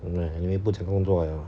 and uh anyway 不讲工作了